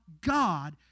God